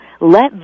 Let